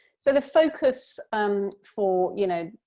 so the focus um for, you know,